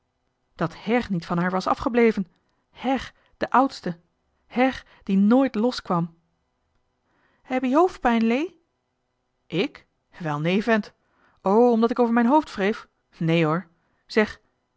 dat her niet van haar was afgebleven her de oudste her die nooit los kwam hebbie hoof'pijn lé ik welnee vent o omdat ik over mijn hoofd wreef nee hoor zeg